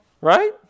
Right